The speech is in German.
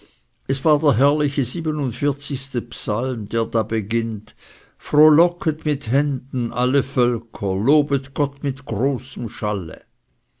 es war der herrliche siebenundvierzigste psalm der da beginnt frohlocket mit händen alle völker lobet gott mit großem schalle